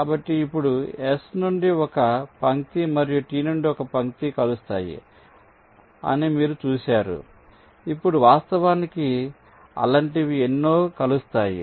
కాబట్టి ఇప్పుడు S నుండి ఒక పంక్తి మరియు T నుండి ఒక పంక్తి కలుస్తాయి అని మీరు చూశారు ఇప్పుడు వాస్తవానికి అలాంటివి ఎన్నోకలుస్తాయి